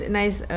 nice